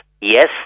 yes